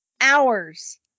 hours